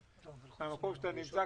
מהמקום שאתה נמצא,